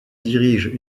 dirige